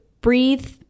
breathe